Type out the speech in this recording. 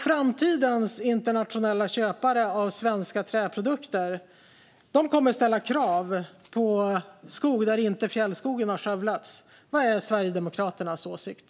Framtidens internationella köpare av svenska träprodukter kommer att ställa krav på skog där inte fjällskogen har skövlats. Vad är Sverigedemokraternas åsikt?